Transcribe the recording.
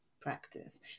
practice